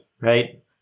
right